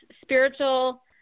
spiritual